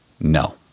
No